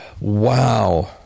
Wow